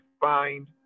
find